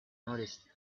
noticed